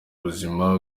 ubuzima